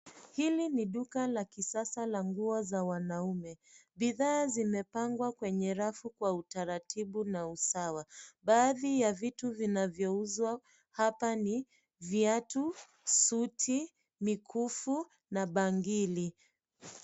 Hili ni duka la kisasa la nguo za wanaume. Bidhaa zimepangwa kwenye rafu kwa utaratibu na usawa. Baadhi ya vitu vinavyo uzwa hapa ni viatu, suti, mikufu na bangili.